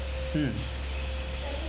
mm